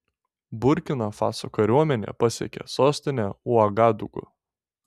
burkina faso kariuomenė pasiekė sostinę uagadugu